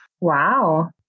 Wow